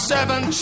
Seven